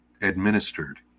administered